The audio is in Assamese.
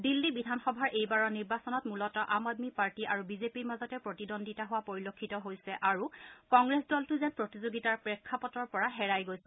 দিল্লী বিধানসভাৰ এইবাৰৰ নিৰ্বাচনত মূলত আম আদমি পাৰ্টী আৰু বিজেপিৰ মাজতে প্ৰতিদ্বন্দিতা হোৱা পৰিলক্ষিত হৈছে আৰু কংগ্ৰেছ দলটো যেন প্ৰতিযোগিতাৰ প্ৰেক্ষাপতৰ পৰাই হেৰাই গৈছে